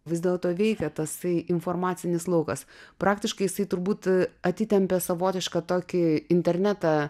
vis dėlto veikia tasai informacinis laukas praktiškai jisai turbūt atitempė savotišką tokį internetą